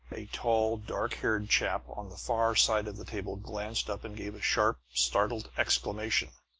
a tall, dark-haired chap on the far side of the table glanced up and gave a sharp, startled exclamation.